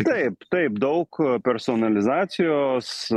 taip taip daug personalizacijos